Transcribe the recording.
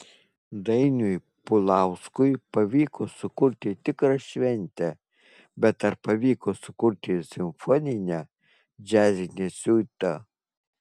dainiui pulauskui pavyko sukurti tikrą šventę bet ar pavyko sukurti simfoninę džiazinę siuitą